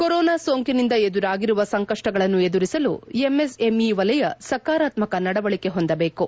corona ಸೋಂಕಿನಿಂದ ಎದುರಾಗಿರುವ ಸಂಕಷ್ಟಗಳನ್ನು ಎದುರಿಸಲು ಎಂಎಸ್ಎಂಇ ವಲಯ ಸಕಾರಾತ್ಮಕ ನಡವಳಿಕೆ ಹೊಂದಬೇಕು